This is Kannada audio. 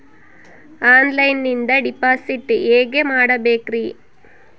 ಆನ್ಲೈನಿಂದ ಡಿಪಾಸಿಟ್ ಹೇಗೆ ಮಾಡಬೇಕ್ರಿ?